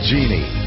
Genie